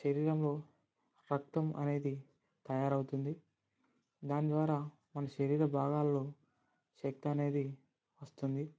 శరీరంలో రక్తం అనేది తయారవుతుంది దాని ద్వారా మన శరీర భాగాలలో శక్తి అనేది వస్తుంది